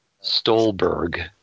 Stolberg